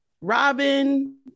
Robin